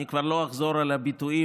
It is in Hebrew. אני כבר לא אחזור על הביטויים